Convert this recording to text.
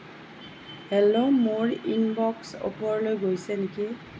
hello মোৰ inbox ওপৰলৈ গৈছে নেকি